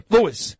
Louis